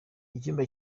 icyumba